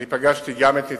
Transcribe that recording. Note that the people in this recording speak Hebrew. אני פגשתי גם את נציגי,